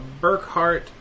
Burkhart